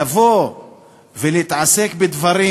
לבוא ולהתעסק בדברים,